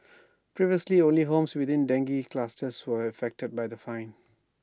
previously only homes within dengue clusters were affected by the fine